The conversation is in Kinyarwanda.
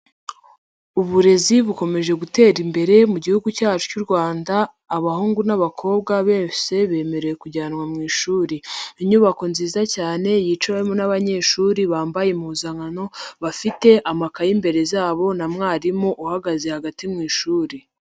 Uburezi bukomeje gutera imbere mu Gihugu cyacu cy'u Rwanda abahungu n'abakobwa bose bemerewe kujyanwa mu ishuri. Inyubako nziza cyane yicawemo n'abanyeshuri bambaye impuzankano bafite amakaye imbere zabo na mwarimu uhagaze hagati mu ishuri.